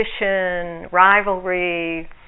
rivalry